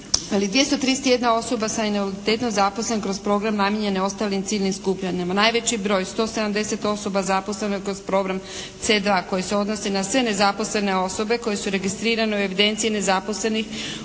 231 osoba sa invaliditetom zaposlen kroz program namijenjen ostalim ciljnim skupinama. Najveći broj 170 osoba zaposleno je kroz program C2 koji se odnosi na sve nezaposlene osobe koje su registrirane u evidenciji nezaposlenih u